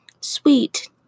sweet